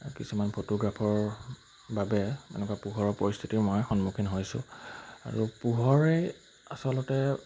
কিছুমান ফটোগ্ৰাফৰ বাবে এনেকুৱা পোহৰৰ পৰিস্থিতিৰ মই সন্মুখীন হৈছোঁ আৰু পোহৰে আচলতে